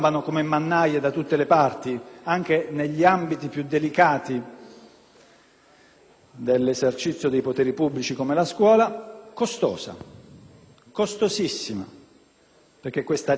dell'esercizio dei poteri pubblici come la scuola, costosa, costosissima, perché questa gente in queste galere amministrative deve essere mantenuta